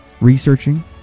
researching